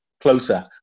closer